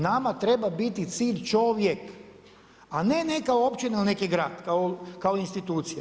Nama treba biti cilj čovjek a ne neka općina ili neki grad, kao institucija.